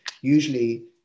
usually